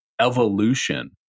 evolution